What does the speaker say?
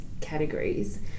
categories